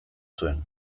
zuen